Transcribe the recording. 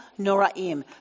noraim